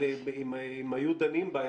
אבל אם היו דנים בה,